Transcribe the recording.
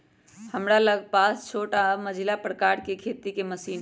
हमरा लग पास छोट आऽ मझिला प्रकार के खेती के मशीन हई